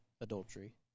adultery